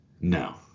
No